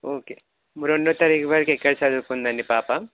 okay రెండో తరగతి వరకు ఎక్కడ చదువుకుందండి పాప